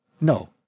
no